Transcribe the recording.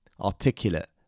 articulate